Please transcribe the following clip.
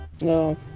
No